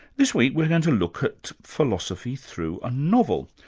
this week we're going to look at philosophy through a novel,